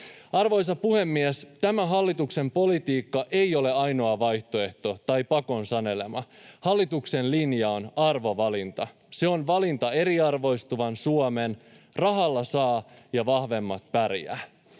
Arvoisa puhemies! Tämä hallituksen politiikka ei ole ainoa vaihtoehto tai pakon sanelema. Hallituksen linja on arvovalinta. Se on valinta eriarvoistuvaan Suomeen. Rahalla saa ja vahvemmat pärjäävät.